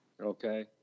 okay